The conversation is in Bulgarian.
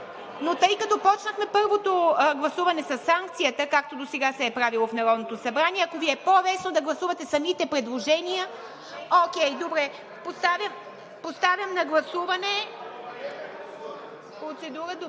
Но тъй като почнахме първото гласуване със санкцията, както досега се е правило в Народното събрание, ако Ви е по-лесно да гласувате самите предложения, добре. (Силен шум.) Процедура? Добре.